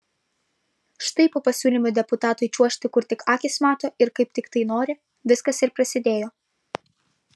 štai po pasiūlymo deputatui čiuožti kur tik akys mato ir kaip tik tai nori viskas ir prasidėjo